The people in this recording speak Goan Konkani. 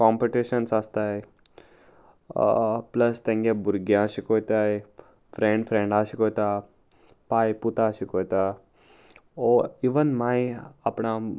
कॉम्पिटिशन्स आसताय प्लस तेंगे भुरग्यां शिकोयताय फ्रेंड फ्रेंडा शिकोयता पाय पुता शिकयता ओ इवन माय आपण